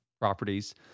properties